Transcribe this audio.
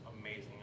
amazing